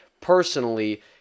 personally